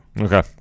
Okay